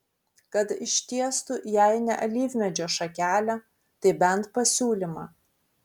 kad ištiestų jei ne alyvmedžio šakelę tai bent pasiūlymą